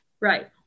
right